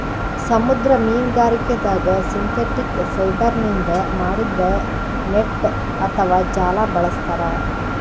ಸಮುದ್ರ ಮೀನ್ಗಾರಿಕೆದಾಗ್ ಸಿಂಥೆಟಿಕ್ ಫೈಬರ್ನಿಂದ್ ಮಾಡಿದ್ದ್ ನೆಟ್ಟ್ ಅಥವಾ ಜಾಲ ಬಳಸ್ತಾರ್